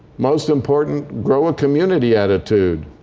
most important, grow a community attitude.